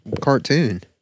cartoon